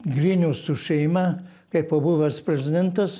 grinius su šeima kaipo buvęs prezidentas